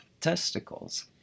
testicles